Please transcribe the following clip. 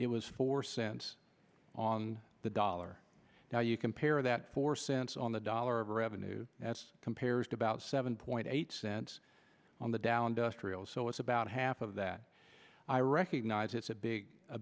it was four cents on the dollar now you compare that four cents on the dollar of revenue that's compares to about seven point eight cents on the dow industrials so it's about half of that i recognize it's a big a